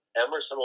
Emerson